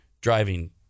driving